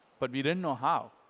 but we didn't know how.